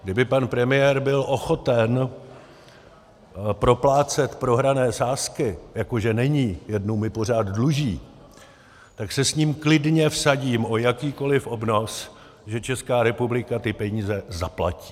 Kdyby pan premiér byl ochoten proplácet prohrané sázky, jako že není, jednu mi pořád dluží, tak se s ním klidně vsadím o jakýkoliv obnos, že Česká republiky ty peníze zaplatí.